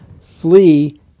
flee